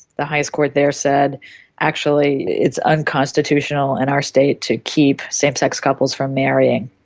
the highest court there, said actually it's unconstitutional in our state to keep same-sex couples from marrying.